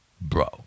bro